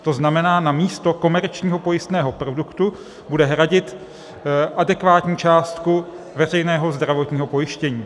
To znamená, namísto komerčního pojistného produktu bude hradit adekvátní částku veřejného zdravotního pojištění.